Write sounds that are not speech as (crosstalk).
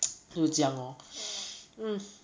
(noise) 就是这样 lor (noise)